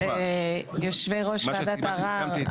יושבי ראש וועדת ערר,